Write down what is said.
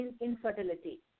infertility